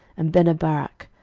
and beneberak,